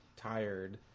Tired